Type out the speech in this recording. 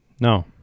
No